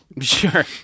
Sure